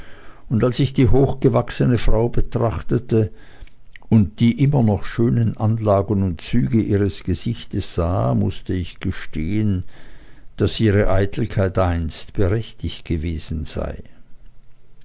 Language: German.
und als ich die hochgewachsene frau betrachtete und die immer noch schönen anlagen und züge ihres gesichtes sah mußte ich gestehen daß ihre eitelkeit einst berechtigt gewesen sei